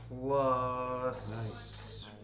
plus